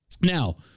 Now